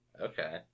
Okay